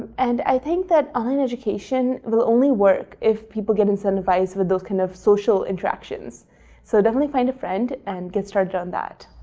and i think that online education will only work if people get incentivized with those kind of social interactions. so definitely find a friend and get started on that.